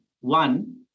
One